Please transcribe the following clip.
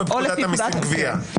או בפקודת המיסים (גבייה).